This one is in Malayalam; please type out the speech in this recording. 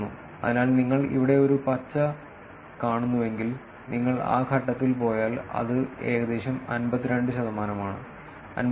അതിനാൽ നിങ്ങൾ ഇവിടെ ഒരു പച്ച കാണുന്നുവെങ്കിൽ നിങ്ങൾ ആ ഘട്ടത്തിൽ പോയാൽ അത് ഏകദേശം 52 ശതമാനമാണ് 52